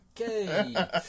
Okay